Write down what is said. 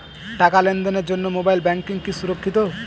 টাকা লেনদেনের জন্য মোবাইল ব্যাঙ্কিং কি সুরক্ষিত?